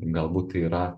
galbūt tai yra